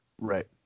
Right